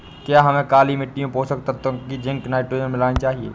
क्या हमें काली मिट्टी में पोषक तत्व की जिंक नाइट्रोजन डालनी चाहिए?